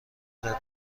زدیم